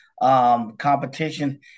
Competition